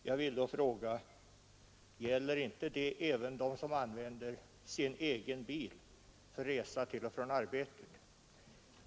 Jag vill då fråga: Gäller inte det även dem som använder sin egen bil för resa till och från arbetet?